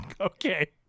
Okay